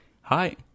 hi